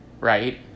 right